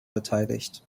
beteiligt